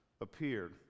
appeared